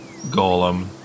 Golem